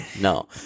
No